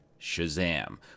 Shazam